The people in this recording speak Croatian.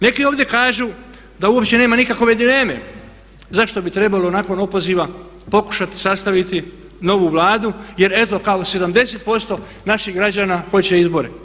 Neki ovdje kažu da uopće nema nikakove dileme zašto bi trebalo nakon opoziva pokušati sastaviti novu Vladu, jer eto kao 70% naših građana hoće izbore.